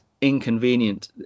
inconvenient